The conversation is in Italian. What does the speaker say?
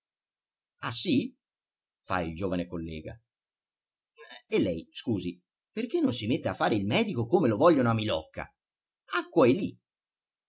ah sì fa il giovane collega e lei scusi perché non si mette a fare il medico come lo vogliono a milocca acqua e lì